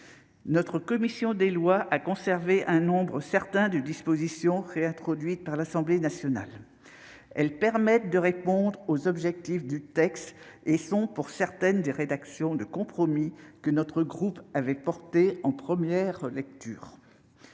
La commission des lois a conservé un nombre important de dispositions réintroduites par l'Assemblée nationale. Celles-ci permettent de répondre aux objectifs du texte et sont pour certaines le fruit de rédactions de compromis que notre groupe a défendues en première lecture.